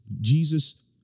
Jesus